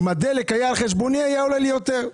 אם הדלק היה על חשבוני היה עולה לי יותר.